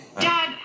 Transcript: dad